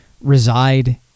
reside